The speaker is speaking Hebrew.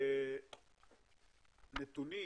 בנתונים